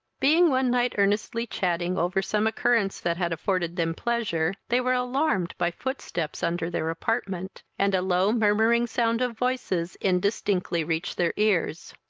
being one night earnestly chatting over some occurrence that had afforded them pleasure, they were alarmed by footsteps under their apartment, and a low murmuring sound of voices indistinctly reached their ears.